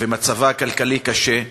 ומצבה הכלכלי קשה,